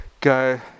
go